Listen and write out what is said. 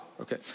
okay